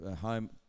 home